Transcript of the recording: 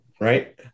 right